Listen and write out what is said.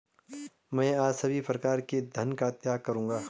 मैं आज सभी प्रकारों के धन का त्याग करूंगा